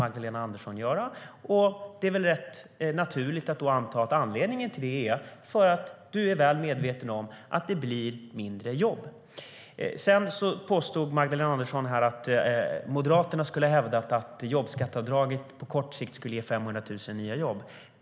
Magdalena Andersson vill inte göra det, och då är det rätt naturligt att anta att anledningen till det är att hon är väl medveten om att det blir färre jobb. Magdalena Andersson påstod att Moderaterna skulle ha hävdat att jobbskatteavdraget på kort sikt skulle ge 500 000 nya jobb.